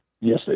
Yes